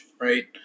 right